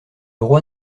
roi